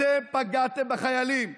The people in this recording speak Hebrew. אתם פגעתם בחיילים.